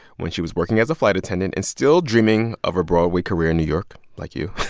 when she was working as a flight attendant and still dreaming of a broadway career in new york, like you.